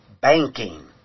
Banking